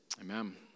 amen